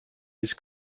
his